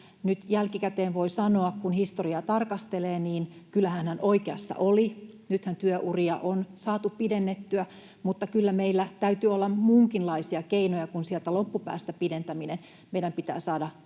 Nyt jälkikäteen voi sanoa, kun historiaa tarkastelee, että kyllähän hän oikeassa oli. Nythän työuria on saatu pidennettyä, mutta kyllä meillä täytyy olla muunkinlaisia keinoja kuin sieltä loppupäästä pidentäminen. Meidän pitää saada